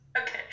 Okay